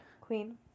Queen